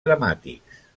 dramàtics